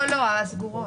לא, הסגורות.